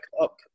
up